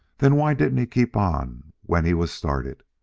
then why didn't he keep on when he was started?